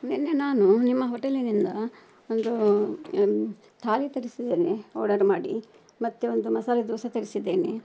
ನಿನ್ನೆ ನಾನು ನಿಮ್ಮ ಹೋಟೆಲಿನಿಂದ ಒಂದು ಥಾಲಿ ತರಿಸಿದ್ದೇನೆ ಆರ್ಡರ್ ಮಾಡಿ ಮತ್ತೆ ಒಂದು ಮಸಾಲೆ ದೋಸೆ ತರಿಸಿದ್ದೇನೆ